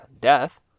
death